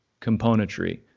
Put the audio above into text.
componentry